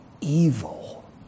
evil